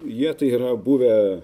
jie tai yra buvę